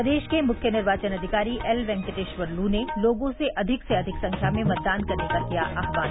प्रदेश के मुख्य निर्वाचन अधिकारी एल वेकटेश्वर लू ने लोगों से अधिक से अधिक संख्या में मतदान करने का किया आह्वान